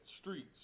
Streets